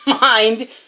mind